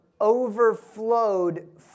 overflowed